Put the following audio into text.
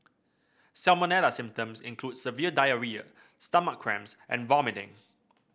salmonella symptoms include severe diarrhoea stomach cramps and vomiting